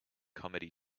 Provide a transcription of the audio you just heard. comedy